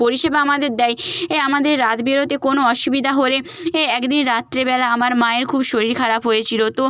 পরিষেবা আমাদের দেয় এ আমাদের রাতবিরেতে কোনো অসুবিধা হলে এ একদিন রাত্রিবেলা আমার মায়ের খুব শরীর খারাপ হয়েছিল তো